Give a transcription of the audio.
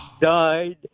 died